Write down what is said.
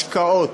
השקעות,